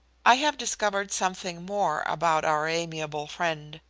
i have discovered something more about our amiable friend,